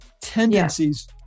tendencies